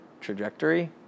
trajectory